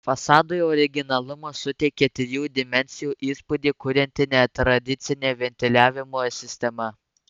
fasadui originalumo suteikia trijų dimensijų įspūdį kurianti netradicinė ventiliavimo sistema